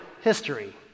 History